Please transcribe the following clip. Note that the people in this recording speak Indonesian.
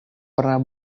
pernah